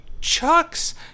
chucks